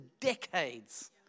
decades